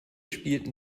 spielten